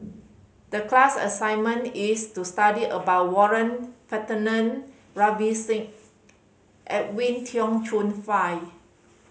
the class assignment is to study about Warren Singh and Edwin Tong Chun Fai